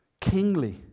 kingly